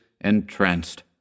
entranced